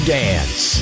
dance